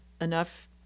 enough